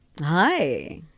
Hi